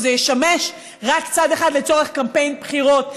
שזה ישמש רק צד אחד לצורך קמפיין בחירות.